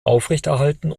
aufrechterhalten